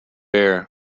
air